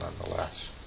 nonetheless